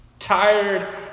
tired